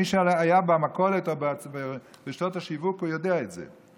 מי שהיה במכולת או ברשתות השיווק, הוא יודע את זה.